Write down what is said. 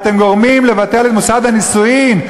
אתם גורמים לבטל את מוסד הנישואין.